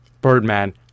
Birdman